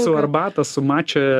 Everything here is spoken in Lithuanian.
su arbata su mače